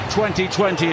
2020